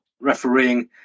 refereeing